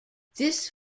this